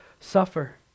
suffer